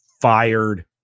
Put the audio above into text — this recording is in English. fired